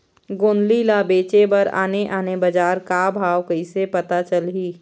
गोंदली ला बेचे बर आने आने बजार का भाव कइसे पता चलही?